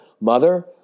Mother